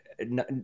no